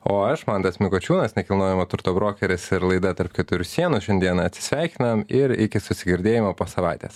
o aš mantas mikočiūnas nekilnojamo turto brokeris ir laida tarp keturių sienų šiandieną atsisveikinam ir iki susigirdėjimo po savaitės